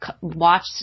watch